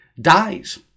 dies